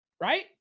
Right